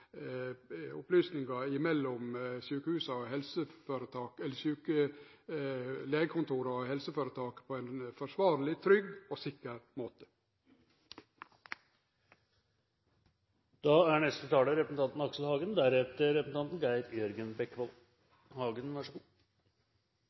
opplysningar mellom legekontor og helseføretak på ein forsvarleg, trygg og sikker måte. Når en er